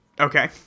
Okay